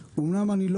אומנם אני לא